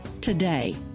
today